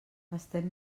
estem